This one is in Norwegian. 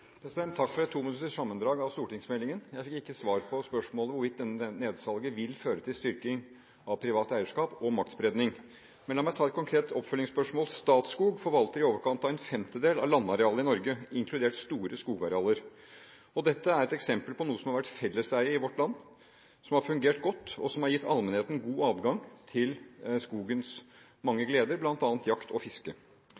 Takk for et tominutters sammendrag av stortingsmeldingen. Jeg fikk ikke svar på spørsmålet om hvorvidt dette nedsalget vil føre til styrking av privat eierskap og maktspredning. Men la meg ta et konkret oppfølgingsspørsmål. Statskog forvalter i overkant av en femtedel av landarealet i Norge, inkludert store skogarealer. Dette er et eksempel på noe som har vært felleseie i vårt land, som har fungert godt, og som har gitt allmennheten god adgang til skogens mange